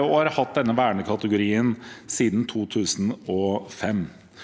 og har hatt denne vernekategorien siden 2005.